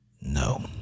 No